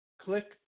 click